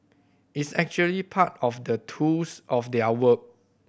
it's actually part of the tools of their work